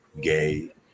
gay